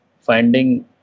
finding